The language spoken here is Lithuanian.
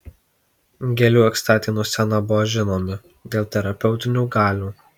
gėlių ekstraktai nuo seno buvo žinomi dėl terapeutinių galių